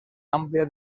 àmplia